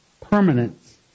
Permanence